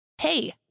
Hey